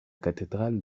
cathédrale